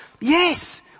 Yes